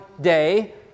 day